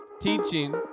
teaching